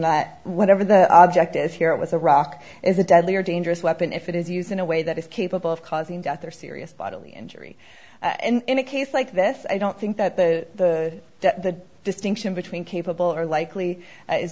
that whatever the object is here it was a rock is a deadly or dangerous weapon if it is used in a way that is capable of causing death or serious bodily injury and in a case like this i don't think that the that the distinction between capable or likely is